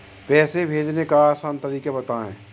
पैसे भेजने का आसान तरीका बताए?